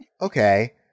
okay